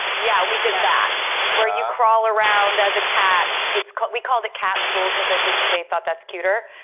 yeah, we did that where you crawl around as a cat it's cut we called it cat school because i think they thought that's cuter